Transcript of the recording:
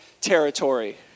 territory